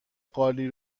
قالی